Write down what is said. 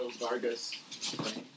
Vargas